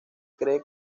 cree